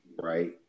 right